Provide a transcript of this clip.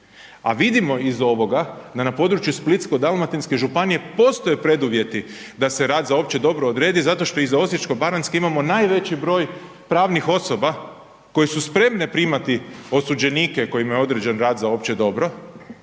a vidimo iz ovoga da na području Splitsko-dalmatinske županije postoje preduvjeti da se rad za opće dobro odredi zato što iz Osječko-baranjske imamo najveći broj pravnih osoba koje su spremne primati osuđenike kojima je određen rad za opće dobro,